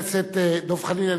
חבר הכנסת דב חנין,